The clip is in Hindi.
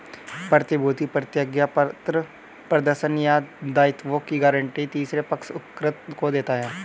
प्रतिभूति प्रतिज्ञापत्र प्रदर्शन या दायित्वों की गारंटी तीसरे पक्ष उपकृत को देता है